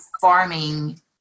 farming